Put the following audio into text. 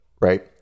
right